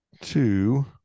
two